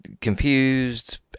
confused